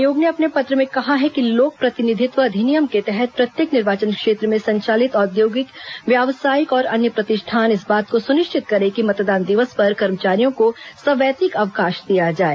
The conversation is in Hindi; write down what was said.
आयोग ने अपने पत्र में कहा है कि लोक प्रतिनिधित्व अधिनियम के तहत प्रत्येक निर्वाचन क्षेत्र में संचालित औद्योगिक व्यावसायिक और अन्य प्रतिष्ठान इस बात को सुनिश्चित करें कि मतदान दिवस पर कर्मचारियों को सवैतनिक अवकाश दिया जाए